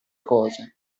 cose